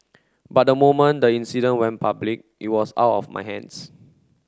but the moment the incident went public it was out of my hands